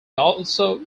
also